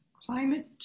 climate